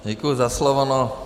Děkuji za slovo.